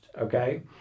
okay